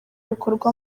bikorwa